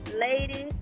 ladies